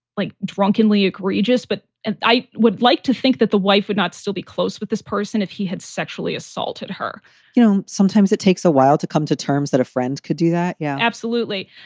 like drunkenly egregious. but and i would like to think that the wife would not still be close with this person if he had so assaulted her you know, sometimes it takes a while to come to terms that a friend could do that yeah absolutely.